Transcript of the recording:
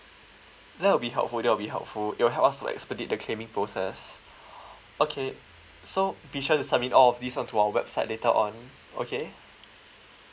that be helpful that will be helpful you'll help us to expedite the claiming process okay so be sure to submit all of these on to our website later on okay